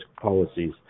policies